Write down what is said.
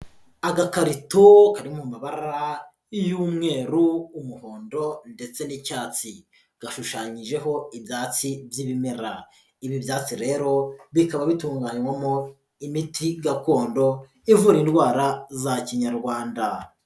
Agakarito kari mu mabara y'umweru, umuhondo ndetse n'icyatsi. Gashushanyijeho ibyatsi by'ibimera. Ibiyatsi rero, bikaba bitunganywamo imiti gakondo, ivura indwara za kinyarwanda.